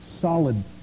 solid